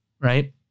right